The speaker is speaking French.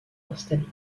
installée